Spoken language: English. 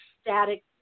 static